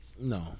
No